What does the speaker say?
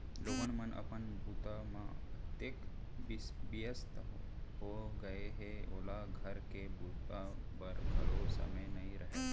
लोगन मन अपन बूता म अतेक बियस्त हो गय हें के ओला घर के बूता बर घलौ समे नइ रहय